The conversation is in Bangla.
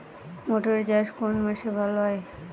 মটর চাষ কোন মাসে ভালো হয়?